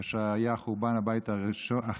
כאשר היה חורבן הבית השני,